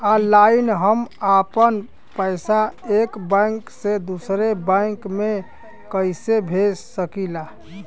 Online हम आपन पैसा एक बैंक से दूसरे बैंक में कईसे भेज सकीला?